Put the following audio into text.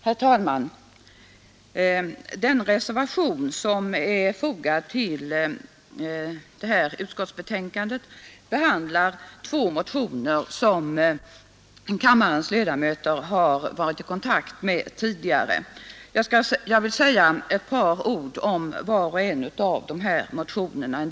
Herr talman! Den reservation som är fogad vid detta utskottsbetänkande behandlar två motioner som kammarens ledamöter har varit i kontakt med tidigare. Jag vill ändå säga ett par ord om var och en av dessa motioner.